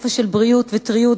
שפע של בריאות וטריות,